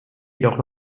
jedoch